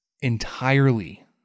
entirely